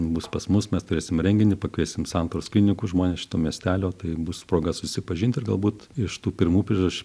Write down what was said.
bus pas mus mes turėsim renginį pakviesim santaros klinikų žmones šito miestelio tai bus proga susipažinti ir galbūt iš tų pirmų priežaš